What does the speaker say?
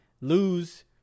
lose